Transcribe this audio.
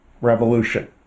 revolution